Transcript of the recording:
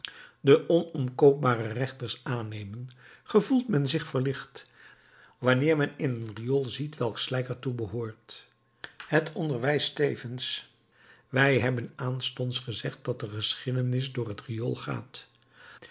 de onomkoopbare rechters aannemen gevoelt men zich verlicht wanneer men in een riool ziet welk slijk er toe behoort het onderwijst tevens wij hebben aanstonds gezegd dat de geschiedenis door het riool gaat